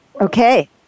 Okay